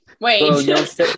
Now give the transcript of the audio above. Wait